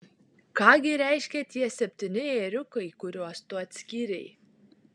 ką gi reiškia šie septyni ėriukai kuriuos tu atskyrei